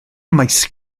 maes